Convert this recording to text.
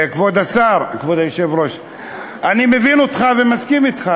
אני מבין אותך ומסכים אתך.